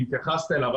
והתייחסת אליו,